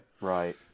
right